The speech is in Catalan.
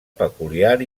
peculiar